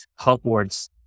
Hogwarts